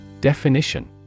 Definition